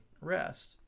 rest